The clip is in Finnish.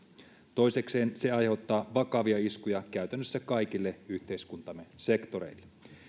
toisekseen se aiheuttaa vakavia iskuja käytännössä kaikille yhteiskuntamme sektoreille